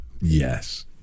Yes